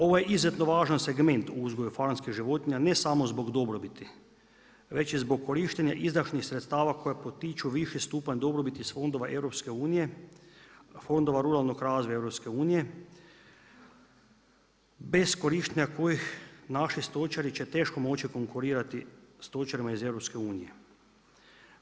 Ovo je izuzetno važan segment uzgoj farmerskih životinja ne samo zbog dobrobiti već i zbog korištenja izdašnih sredstava koje potiču viši stupanj dobrobiti iz fondova EU-a, fondova ruralnog razvoja EU-a, bez korištenja kojih naši stočari će teško moći konkurirati stočarima iz EU-a.